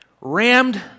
rammed